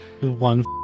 one